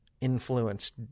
influenced